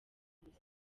gusa